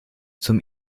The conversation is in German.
zum